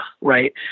right